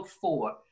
four